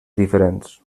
diferents